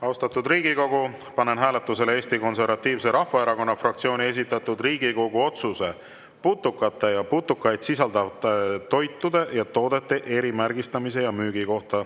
Austatud Riigikogu, panen hääletusele Eesti Konservatiivse Rahvaerakonna fraktsiooni esitatud Riigikogu otsuse "Putukate ja putukaid sisaldavate toitude ja toodete erimärgistamise ja müügi kohta"